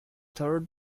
third